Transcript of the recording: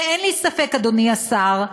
ואין לי ספק, אדוני השר,